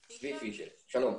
פישל, בבקשה.